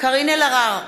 קארין אלהרר,